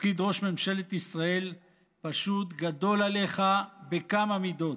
תפקיד ראש ממשלת ישראל פשוט גדול עליך בכמה מידות.